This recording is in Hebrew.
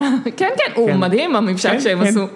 כן, כן. הוא מדהים הממשק שהם עשו!